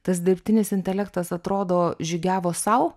tas dirbtinis intelektas atrodo žygiavo sau